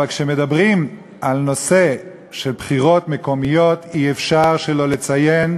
אבל כשמדברים על נושא של בחירות מקומיות אי-אפשר שלא לציין,